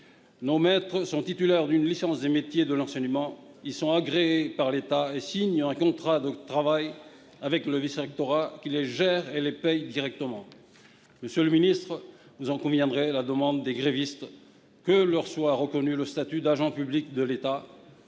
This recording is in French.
nos maîtres sont titulaires d'une licence des métiers de l'enseignement. Ils sont agréés par l'État et signent un contrat de travail avec le vice-rectorat, qui les gère et les paie directement. Monsieur le ministre, vous en conviendrez, la demande des grévistes que leur soit reconnu le statut d'agent public de l'État